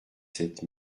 sept